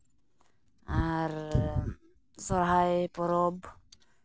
ᱟᱨ ᱥᱚᱨᱦᱟᱭ ᱯᱚᱨᱚᱵᱽ